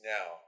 Now